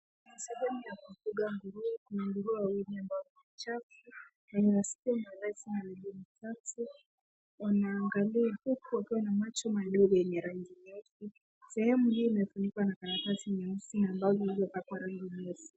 Kuna sehemu ya kufuga nguruwe. Kuna nguruwe wawili ambao ni wachafu, wenye masikio marefu na miguu mifupi. Wanaangalia huku wakiwa na macho madogo yenye rangi nyeusi. Sehemu hii imefunikwa na karatasi nyeusi ambayo imepakwa rangi nyeusi.